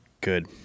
good